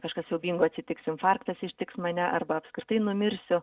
kažkas siaubingo atsitiks infarktas ištiks mane arba apskritai numirsiu